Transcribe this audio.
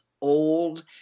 old